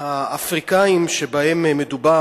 האפריקנים שבהם מדובר,